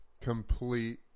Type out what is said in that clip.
complete